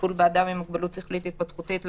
טיפול באדם עם מוגבלות שכלית התפתחותית,